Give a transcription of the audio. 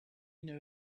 know